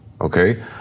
okay